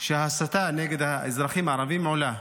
אנחנו רואים גם שההסתה נגד האזרחים הערבים עולה.